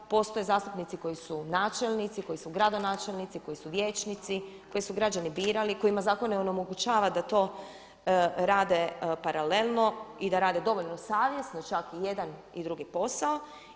Postoje zastupnici koji su načelnici, koji su gradonačelnici, koji su vijećnici, koje su građani birali, kojima zakon ne onemogućava da to rade paralelno i da rade dovoljno savjesno čak i jedan i drugi posao.